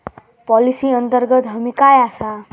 Policy अंतर्गत हमी काय आसा?